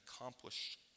accomplish